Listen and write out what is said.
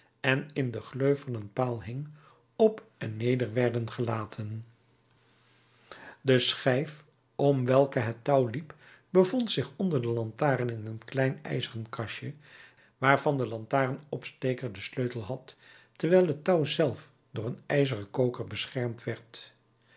en in de gleuf van een paal hing op en neer werden gelaten de schijf om welke het touw liep bevond zich onder de lantaarn in een klein ijzeren kastje waarvan de lantaarnopsteker den sleutel had terwijl het touw zelf door een ijzeren koker beschermd werd